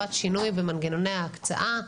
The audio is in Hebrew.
לטובת שינוי במנגנוני ההקצאה,